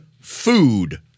Food